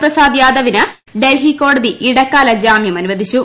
പ്രസാദ് യാദവിന് ഡൽഹി കോടതി ഇടക്കാല ജാമ്യം ലാലു അനുവദിച്ചു